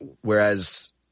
Whereas